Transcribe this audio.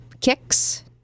Kicks